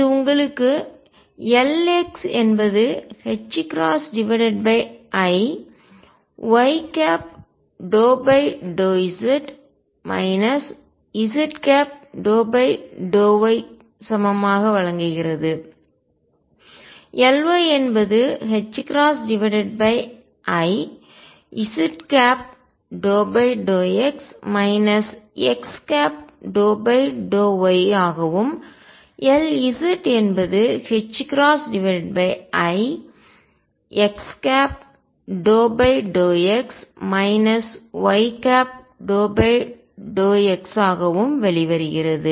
இது உங்களுக்கு Lx என்பது i y∂z z∂y சமமாக வழங்குகிறது Ly என்பது i z∂x x∂y ஆகவும் Lz என்பது i x∂y y∂x ஆகவும் வெளிவருகிறது